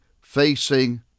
facing